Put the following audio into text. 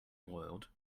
world